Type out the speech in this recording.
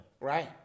right